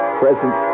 present